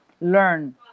learn